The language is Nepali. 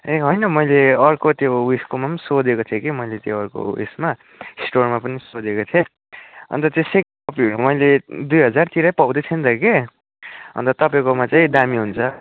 ए होइन मैले अर्को त्यो ऊ यसकोमा पनि सोधेको थिएँ कि मैले त्यो अर्को ऊ येसमा स्टोरमा पनि सोधेको थिएँ अन्त त्यो सेक पीहरू मैले दुई हजारतिरै पाउँदैथिएँ नि त कि अन्त तपाईँकोमा चाहिँ दामी हुन्छ